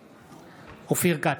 בעד אופיר כץ,